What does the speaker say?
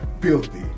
filthy